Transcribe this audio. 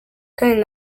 kandi